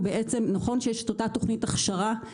נכון שיש את אותה תוכנית הכשרה,